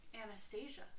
Anastasia